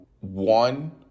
one